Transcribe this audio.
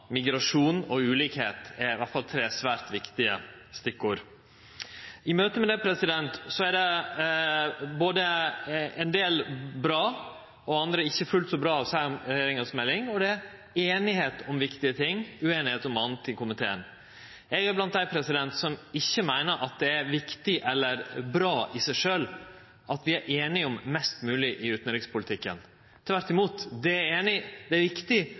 migrasjon og ulikskap er iallfall tre svært viktige stikkord. I møte med det er det både ein del bra og anna ikkje fullt så bra å seie om meldinga frå regjeringa, og det er einigheit om viktige ting, ueinighet om anna, i komiteen. Eg er blant dei som ikkje meiner at det er viktig eller bra i seg sjølv at vi er einige om mest mogleg i utanrikspolitikken. Tvert imot – det eg er einig i, er at det er viktig